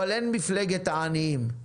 אבל אין מפלגת העניים.